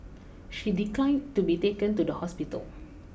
she declined to be taken to the hospital